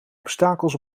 obstakels